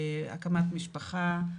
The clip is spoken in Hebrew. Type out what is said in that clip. הקמת משפחה,